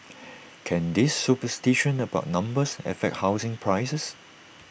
can this superstition about numbers affect housing prices